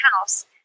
house